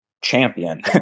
champion